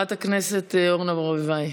הגיע הזמן למחאה גדולה במוצ"ש, 27 ביוני,